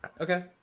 Okay